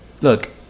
Look